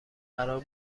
قرار